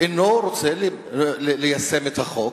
אינו רוצה ליישם את החוק,